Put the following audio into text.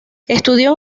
estudió